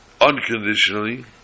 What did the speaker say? Unconditionally